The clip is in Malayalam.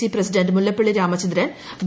C president Mullappally Ramachandran V